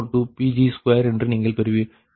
142 Pg2 என்று நீங்கள் பெற்றீர்கள்